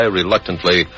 reluctantly